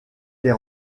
les